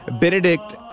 Benedict